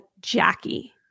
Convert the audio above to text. Jackie